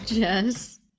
yes